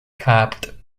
capped